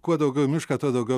kuo daugiau į mišką tuo daugiau